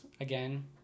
again